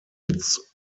its